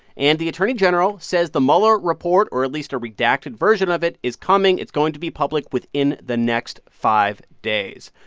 and the attorney general says the mueller report, or at least a redacted version of it, is coming. it's going to be public within the next five days.